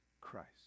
Christ